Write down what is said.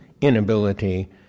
inability